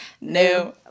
new